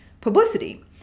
publicity